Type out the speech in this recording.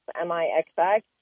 M-I-X-X